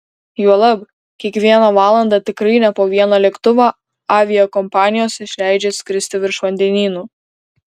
juolab kiekvieną valandą tikrai ne po vieną lėktuvą aviakompanijos išleidžia skirsti virš vandenynų